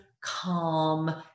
calm